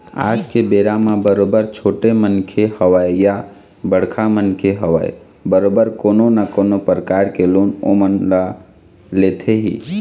आज के बेरा म बरोबर छोटे मनखे होवय या बड़का मनखे होवय बरोबर कोनो न कोनो परकार के लोन ओमन ह लेथे ही